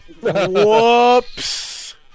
whoops